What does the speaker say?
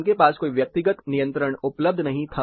उनके पास कोई व्यक्तिगत नियंत्रण उपलब्ध नहीं था